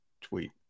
tweet